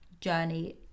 journey